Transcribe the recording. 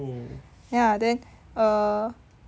ya then err